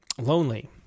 lonely